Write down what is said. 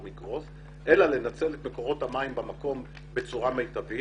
יקרוס אלא לנצל את מקורות המים במקום בצורה מיטבית,